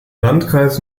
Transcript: landkreis